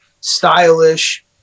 stylish